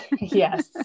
Yes